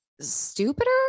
stupider